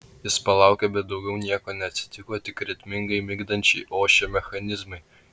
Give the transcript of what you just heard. jis palaukė bet daugiau nieko neatsitiko tik ritmingai migdančiai ošė mechanizmai